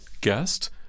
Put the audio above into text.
guest